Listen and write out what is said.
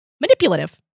Manipulative